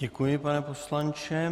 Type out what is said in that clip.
Děkuji, pane poslanče.